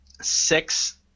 Six